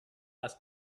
ask